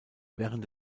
während